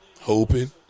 hoping